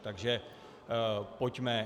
Takže pojďme.